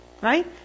right